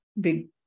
big